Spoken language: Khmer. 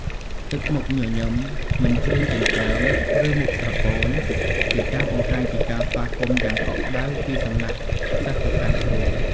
ទឹកមុខញញឹម មិនជ្រួញចិញ្ចើម ឬ មុខស្រពោន ជាការបង្ហាញពីការស្វាគមន៍យ៉ាងកក់ក្ដៅពីសំណាក់សិស្សទៅកាន់គ្រូ។